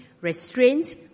restraint